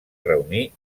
reunir